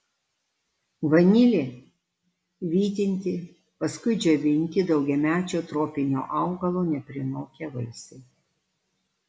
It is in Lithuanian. vanilė vytinti paskui džiovinti daugiamečio tropinio augalo neprinokę vaisiai